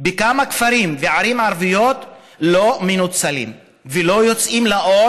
בכמה כפרים וערים ערביות לא מנוצלים ולא יוצאים לפועל